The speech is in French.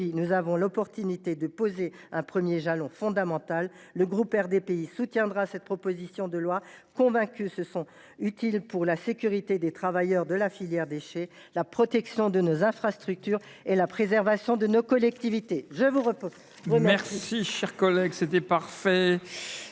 nous avons l’opportunité de poser un premier jalon fondamental. Le groupe RDPI soutient cette proposition de loi, convaincu de son utilité pour la sécurité des travailleurs de la filière des déchets, la protection de nos infrastructures et la défense de nos collectivités. La parole